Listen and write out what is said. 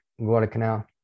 Guadalcanal